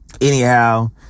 Anyhow